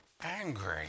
angry